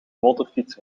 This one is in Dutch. motorfiets